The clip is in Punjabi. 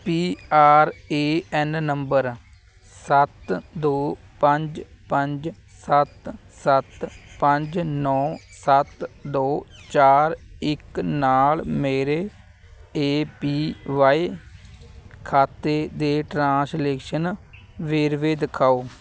P R A N number ਸੱਤ ਦੋ ਪੰਜ ਪੰਜ ਸੱਤ ਸੱਤ ਪੰਜ ਨੌਂ ਸੱਤ ਦੋ ਚਾਰ ਇੱਕ ਨਾਲ ਮੇਰੇ ਏ ਪੀ ਵਾਈ ਖਾਤੇ ਦੇ ਟ੍ਰਾਂਸਲੇਸ਼ਨ ਵੇਰਵੇ ਦਿਖਾਓ